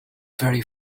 very